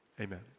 Amen